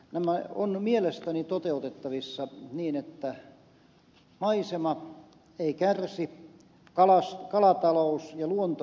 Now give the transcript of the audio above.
nämä ovat mielestäni toteutettavissa niin että maisema ei kärsi kalatalous ja luonto eivät kärsi